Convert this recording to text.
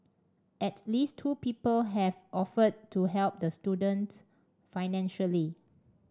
at least two people have offered to help the student financially